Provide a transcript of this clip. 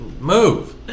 move